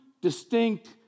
distinct